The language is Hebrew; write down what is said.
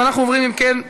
אם כן,